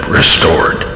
restored